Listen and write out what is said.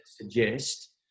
suggest